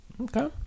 Okay